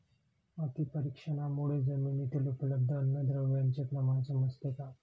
माती परीक्षणामुळे जमिनीतील उपलब्ध अन्नद्रव्यांचे प्रमाण समजते का?